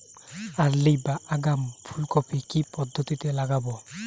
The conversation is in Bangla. আর্লি বা আগাম ফুল কপি কি পদ্ধতিতে লাগাবো?